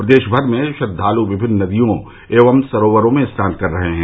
प्रदेश भर में श्रद्वालु विभिन्न नदियों एवं सरोवरों में स्नान कर रहे हैं